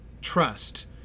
trust